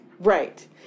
Right